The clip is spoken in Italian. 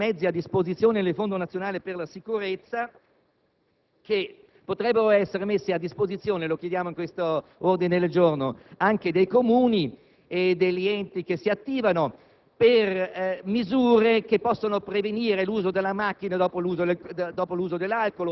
di sfruttare meglio i mezzi a disposizione del Fondo nazionale per la sicurezza, che potrebbero essere messi a disposizione, come chiediamo con questo ordine del giorno, anche dei Comuni e degli enti locali che si attivano